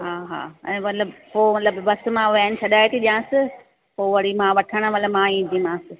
हा हा ऐं मतिलबु पो मतिलबु बस मां वैन मां छॾाए ती ॾियांसि पो वरी मां वठणु मल मां ईंदीमांसि